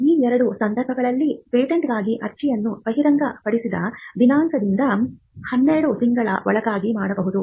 ಈ ಎರಡು ಸಂದರ್ಭಗಳಲ್ಲಿ ಪೇಟೆಂಟ್ಗಾಗಿ ಅರ್ಜಿಯನ್ನು ಬಹಿರಂಗಪಡಿಸಿದ ದಿನಾಂಕದಿಂದ ಹನ್ನೆರಡು ತಿಂಗಳ ಒಳಗಾಗಿ ಮಾಡಬಹುದು